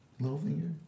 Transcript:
Littlefinger